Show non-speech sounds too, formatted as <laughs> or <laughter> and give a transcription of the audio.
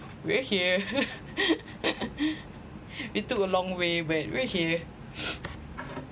we're here <laughs> it took a long way we're here <noise>